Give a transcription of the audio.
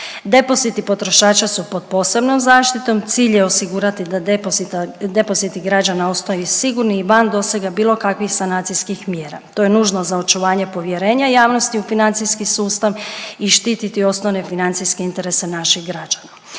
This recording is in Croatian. Depoziti potrošača su pod posebnom zaštitom. Cilj je osigurati da depoziti građana ostaju sigurni i van dosega bilo kakvih sanacijskih mjera. To je nužno za očuvanje povjerenja javnosti u financijski sustav i štititi osnovne financijske interese naših građana.